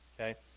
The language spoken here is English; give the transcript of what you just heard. okay